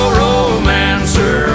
romancer